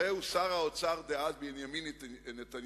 הרי הוא שר האוצר דאז בנימין נתניהו,